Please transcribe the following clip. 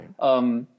right